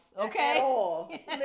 Okay